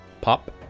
Pop